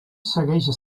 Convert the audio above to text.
segueix